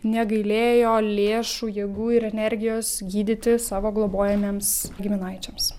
negailėjo lėšų jėgų ir energijos gydyti savo globojamiems giminaičiams